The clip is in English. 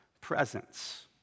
presence